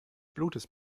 blutes